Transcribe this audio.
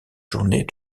journées